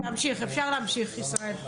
תמשיך, אפשר להמשיך, ישראל.